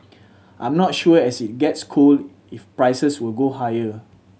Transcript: I'm not sure as it gets cold if prices will go higher